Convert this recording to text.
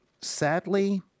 Sadly